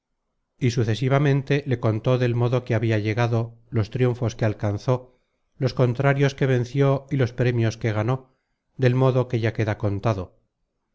y sucesivamente le contó del modo que habia llegado los triunfos que alcanzó los contrarios que venció y los premios que ganó del modo que ya queda contado